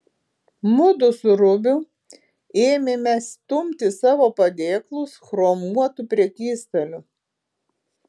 mudu su rubiu ėmėme stumti savo padėklus chromuotu prekystaliu